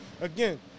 Again